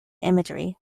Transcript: imagery